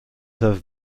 have